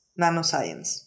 nanoscience